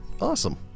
Awesome